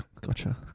Gotcha